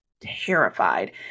terrified